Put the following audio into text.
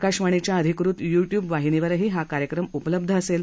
काशवाणीच्या अधिकृत YouTube वृत्तवाहिनीवरही हा कार्यक्रम उपलब्ध असेल